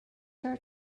her